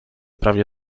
prawie